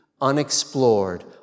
unexplored